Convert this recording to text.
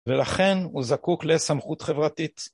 ולכן הוא זקוק לסמכות חברתית.